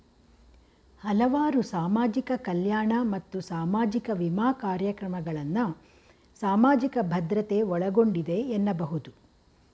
ಹಲವಾರು ಸಾಮಾಜಿಕ ಕಲ್ಯಾಣ ಮತ್ತು ಸಾಮಾಜಿಕ ವಿಮಾ ಕಾರ್ಯಕ್ರಮಗಳನ್ನ ಸಾಮಾಜಿಕ ಭದ್ರತೆ ಒಳಗೊಂಡಿದೆ ಎನ್ನಬಹುದು